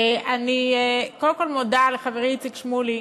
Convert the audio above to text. אני קודם כול מודה לחברי איציק שמולי